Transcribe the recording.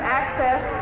access